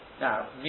Now